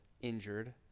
injured